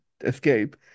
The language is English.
escape